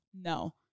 No